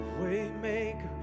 Waymaker